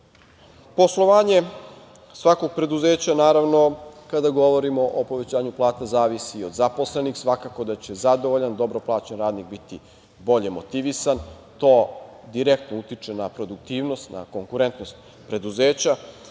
kapacitetu. Poslovanje svakog preduzeća, naravno, kada govorimo o povećanju plata zavisi od zaposlenih. Svakako da će zadovoljan, dobro plaćen radnik biti bolje motivisan, to direktno utiče na produktivnost, na konkurentnost preduzeća,